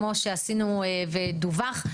כמו שעשינו ודווח.